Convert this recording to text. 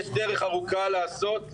יש דרך ארוכה לעשות,